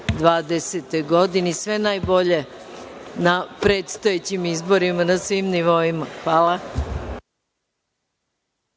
2020. godini. Sve najbolje na predstojećim izborima, na svim nivoima. Hvala.